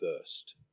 first